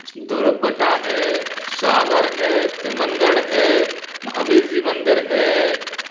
दूरबटा है सागर है तीमन गढ़ है महावीर जी मंदिर है